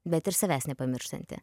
bet ir savęs nepamirštanti